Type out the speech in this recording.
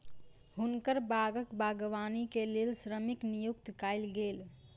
हुनकर बागक बागवानी के लेल श्रमिक नियुक्त कयल गेल